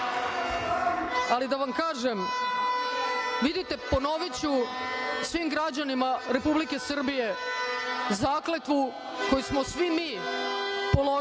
čovek. Da vam kažem, vidite, ponoviću svim građanima Republike Srbije zakletvu koju smo svi mi položili